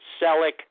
Selleck